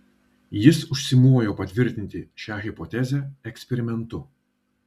jis užsimojo patvirtinti šią hipotezę eksperimentu